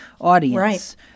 audience